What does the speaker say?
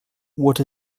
what